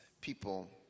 people